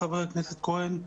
בטובך, חבר הכנסת כהן?